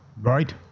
right